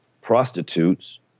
prostitutes